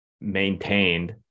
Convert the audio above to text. maintained